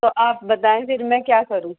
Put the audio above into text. تو آپ بتائیں پھر میں کیا کروں